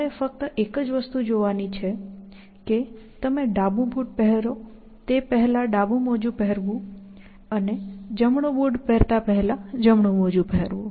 તમારે ફક્ત એક જ વસ્તુ કરવાની છે કે તમે ડાબું બૂટ પહેરો તે પહેલાં ડાબું મોજું પહેરવું અને જમણું બૂટ પહેરતા પહેલા જમણું મોજું પહેરવું